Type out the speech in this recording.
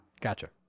gotcha